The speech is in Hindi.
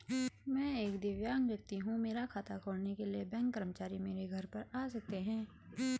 मैं एक दिव्यांग व्यक्ति हूँ मेरा खाता खोलने के लिए बैंक कर्मचारी मेरे घर पर आ सकते हैं?